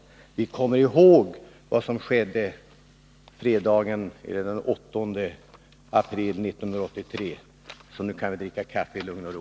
Vi skall komma ihåg vad som skedde fredagen den 8 april 1983. Nu kan vi dricka kaffe i lugn och ro.